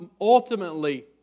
ultimately